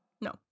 no